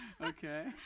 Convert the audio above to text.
Okay